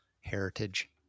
heritage